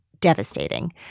devastating